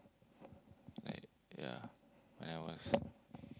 like yeah when I was